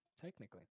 technically